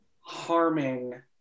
harming